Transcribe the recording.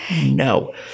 No